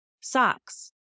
Socks